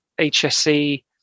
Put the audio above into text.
HSE